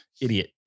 Idiot